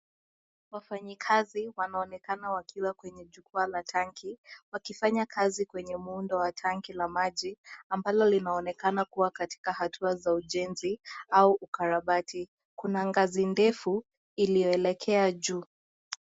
Wafanyikazi wanaonekana wakiwa kwenye jukwaa la tanki, wakifanya kazi kwenye muundo wa tanki la maji ambalo limeonekana kuwa katika harakati za ujenzi au ukarabati. Kuna ngazi ndefu iliyoelekea juu .